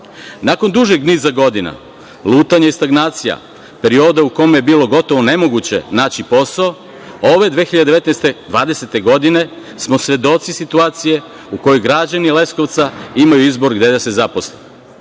dužeg niza godina lutanja i stagnacija, perioda u kome je bilo gotovo nemoguće naći posao, ove 2019/2020. godine smo svedoci situacije u kojoj građani Leskovca imaju izbor gde da se zaposle.